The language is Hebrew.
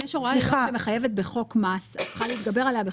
אם יש הוראה שמחייבת בחוק מס את צריכה להתגבר עליה בחקיקה.